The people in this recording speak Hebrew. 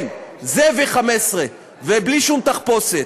כן, זה V15, ובלי שום תחפושת,